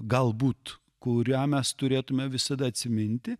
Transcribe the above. galbūt kurią mes turėtume visada atsiminti